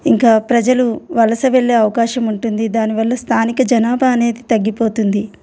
ఇంకా ప్రజలు వలస వెళ్ళే అవకాశం ఉంటుంది దానివల్ల స్థానిక జనాభా అనేది తగ్గిపోతుంది